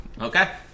Okay